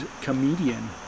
comedian